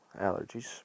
allergies